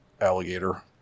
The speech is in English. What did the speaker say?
alligator